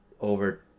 over